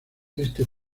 este